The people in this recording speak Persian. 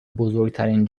بزرگترین